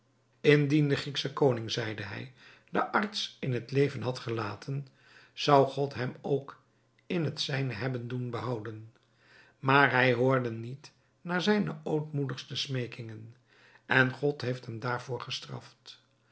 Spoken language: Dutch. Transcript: de grieksche koning zeide hij den arts in het leven had gelaten zou god hem ook het zijne hebben doen behouden maar hij hoorde niet naar zijne ootmoedigste smeekingen en god heeft hem daarvoor gestraft